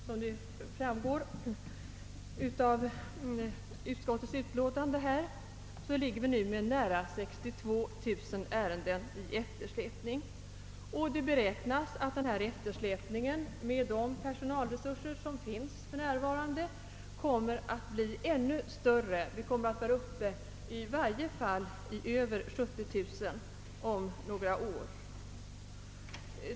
Som framgår av utskottets utlåtande släpar det för närvarande efter med nära 62 000 ärenden, Det beräknas att eftersläpningen med nuvarande personalresurser kommer att bli ännu större; den kommer om några år att vara uppe i åtminstone 70 000 ärenden.